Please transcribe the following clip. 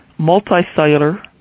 multicellular